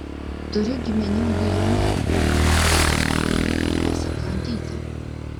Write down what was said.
turiu giminių lione būtų malonu juos aplankyti